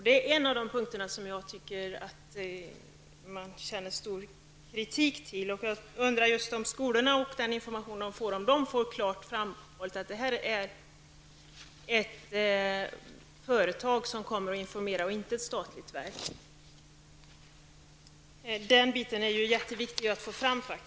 Det är en av de punkter som jag tycker att man kan rikta stark kritik mot. Jag undrar just om skolorna får klart framhållet för sig att SKB är ett företag som kommer och informerar, och inte ett statligt verk. Den biten är viktig att få fram.